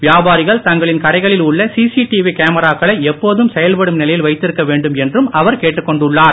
வியாபாரிகள் தங்களின் கடைகளில் உள்ள சிசிடிவி கேமராக்களை எப்போதும் செயல்படும் நிலையில் வைத்திருக்க வேண்டும் என்றும் அவர் கேட்டுக்கொண்டுள்ளார்